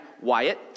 Wyatt